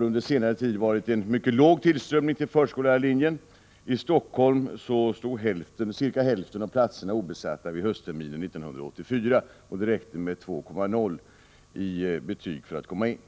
under senare tid har varit en mycket låg tillströmning till förskollärarlinjen. I Stockholm var ungefär hälften av platserna obesatta under höstterminen 1984. Det räckte med 2,0 i medelbetyg för att man skulle komma in på den linjen.